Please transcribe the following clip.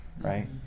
right